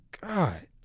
God